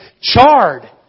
charred